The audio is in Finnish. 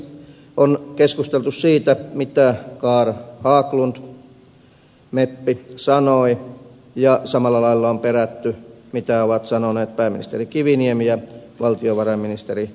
on keskusteltu siitä mitä carl haglund meppi sanoi ja samalla lailla on perätty mitä ovat sanoneet pääministeri kiviniemi ja valtiovarainministeri katainen